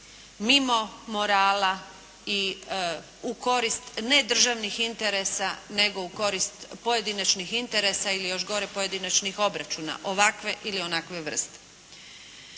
mimo morala i u korist nedržavnih interesa, nego u korist pojedinačnih interesa ili još gore pojedinačnih obračuna ovakve ili onakve vrste.